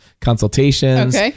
consultations